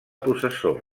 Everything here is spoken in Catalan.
processó